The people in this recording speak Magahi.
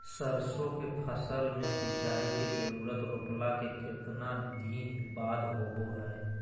सरसों के फसल में सिंचाई के जरूरत रोपला के कितना दिन बाद होबो हय?